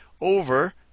over